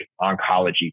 oncology